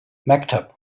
maktub